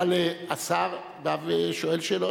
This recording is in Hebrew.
אבל השר בא ושואל שאלות.